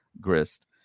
Grist